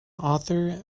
author